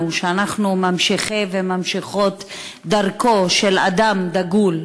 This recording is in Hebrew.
שאנחנו ממשיכי וממשיכות דרכו של אדם דגול,